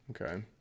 okay